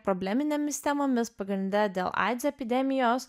probleminėmis temomis pagrinde dėl aids epidemijos